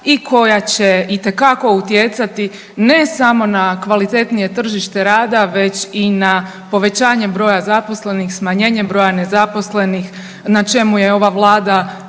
i koja će itekako utjecati ne samo na kvalitetnije tržište rada već i na povećanje broja zaposlenih, smanjenje broja nezaposlenih na čemu je ova Vlada